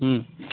ହୁଁ